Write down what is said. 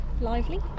lively